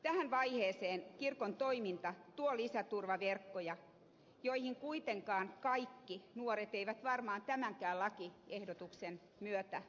tähän vaiheeseen kirkon toiminta tuo lisäturvaverkkoja joihin kuitenkaan kaikki nuoret eivät varmaan tämänkään lakiehdotuksen myötä tartu